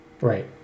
Right